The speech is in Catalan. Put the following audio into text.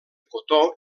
cotó